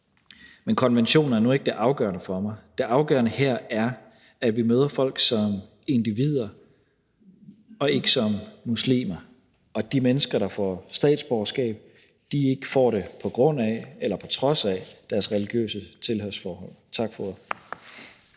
Men konventioner er nu ikke det afgørende for mig. Det afgørende her er, at vi møder folk som individer og ikke som muslimer, og at de mennesker, der får statsborgerskab, ikke får det på grund af eller på trods af deres religiøse tilhørsforhold. Tak for ordet.